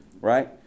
right